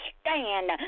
stand